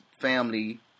family